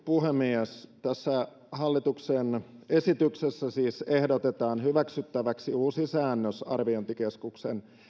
puhemies tässä hallituksen esityksessä siis ehdotetaan hyväksyttäväksi uusi säännös arviointikeskuksen